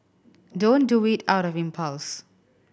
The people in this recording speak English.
don't do it out of impulse